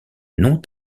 non